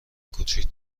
کوچک